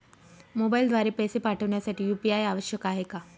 मोबाईलद्वारे पैसे पाठवण्यासाठी यू.पी.आय आवश्यक आहे का?